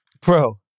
Bro